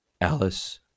Alice